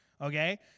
okay